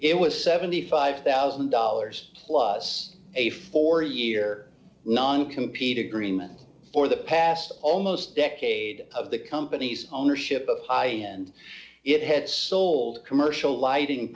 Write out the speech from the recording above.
was was seventy five thousand dollars plus a four year non compete agreement for the past almost decade of the company's ownership of and it hits sold commercial lighting